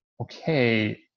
okay